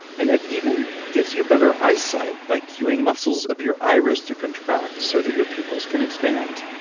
and it even gives you better eyesight by cuing muscles of your iris to contract so that your pupils can expand,